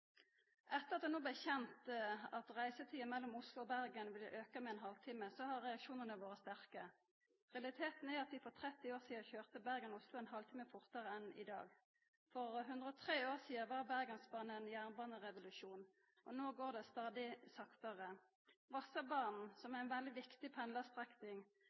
Etter at det no blei kjent at reisetida mellom Oslo og Bergen ville auka med ein halvtime, har reaksjonane vore sterke. Realiteten er at vi for 30 år sidan køyrde Bergen–Oslo ein halvtime fortare enn i dag. For 103 år sidan var Bergensbanen ein jernbanerevolusjon. No går det stadig saktare. Vossebanen, som er ei veldig viktig